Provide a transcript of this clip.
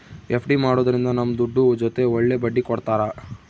FD ಮಾಡೋದ್ರಿಂದ ನಮ್ ದುಡ್ಡು ಜೊತೆ ಒಳ್ಳೆ ಬಡ್ಡಿ ಕೊಡ್ತಾರ